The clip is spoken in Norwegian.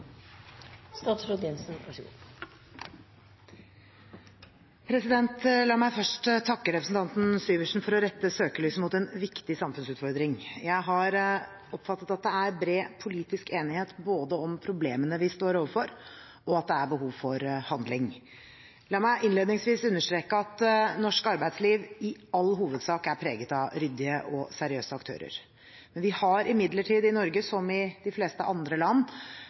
La meg først takke representanten Syversen for å rette søkelyset mot en viktig samfunnsutfordring. Jeg har oppfattet det slik at det er bred politisk enighet både om problemene vi står overfor, og at det er behov for handling. La meg innledningsvis understreke at norsk arbeidsliv i all hovedsak er preget av ryddige og seriøse aktører. Vi har imidlertid i Norge, som i de fleste andre land,